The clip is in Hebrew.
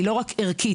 היא לא רק ערכית,